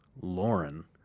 Lauren